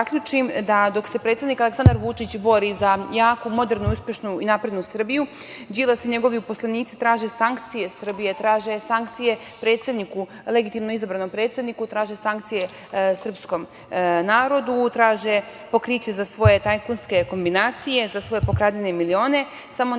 da dok se predsednik Aleksandar Vučić bori za jaku, modernu, uspešnu i naprednu Srbiju, Đilas i njegovi uposlenici traže sankcije Srbije, traže sankcije legitimno izabranom predsedniku, traže sankcije srpskom narodu, traže pokriće za svoje tajkunske kombinacije, za svoje pokradene milione, ali ne